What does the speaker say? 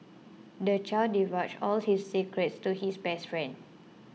the child divulged all his secrets to his best friend